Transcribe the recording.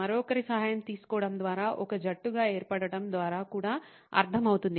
మరొకరి సహాయం తీసుకోవడం ద్వారా ఒక జట్టుగా ఏర్పడటం ద్వారా కూడా అర్థం అవుతుంది